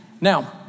Now